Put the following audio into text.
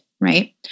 Right